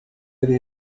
هذه